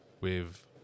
with-